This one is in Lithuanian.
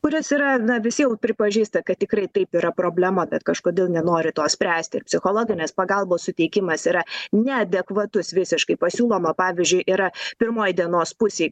kuris yra na visi jau pripažįsta kad tikrai taip yra problema bet kažkodėl nenori to spręsti ir psichologinės pagalbos suteikimas yra neadekvatus visiškai pasiūloma pavyzdžiui yra pirmoj dienos pusėj